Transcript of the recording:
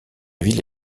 ville